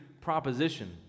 proposition